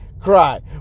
cry